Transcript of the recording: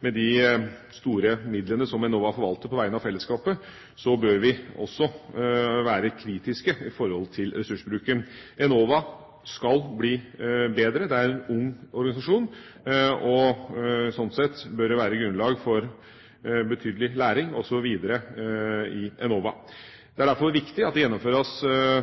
med de store midlene som Enova forvalter på vegne av fellesskapet, bør vi også være kritiske til ressursbruken. Enova skal bli bedre. Det er en ung organisasjon, og sånn sett bør det være grunnlag for betydelig læring osv. i Enova. Det er derfor viktig at det gjennomføres